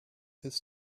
his